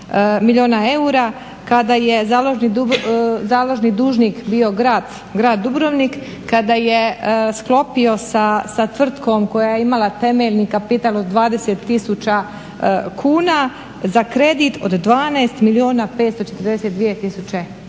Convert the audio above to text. i 900 eura kada je založni dužnik bio Grad Dubrovnik, kada je sklopio sa tvrtkom koja je imala temeljni kapital od 20 tisuća kuna za kredit od 12 milijuna